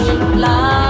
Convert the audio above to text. Love